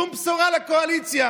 שום בשורה לקואליציה.